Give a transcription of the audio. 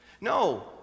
No